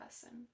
person